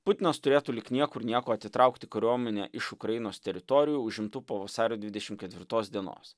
putinas turėtų lyg niekur nieko atitraukti kariuomenę iš ukrainos teritorijų užimtų po vasario dvidešim ketvirtos dienos